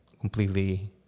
completely